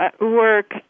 work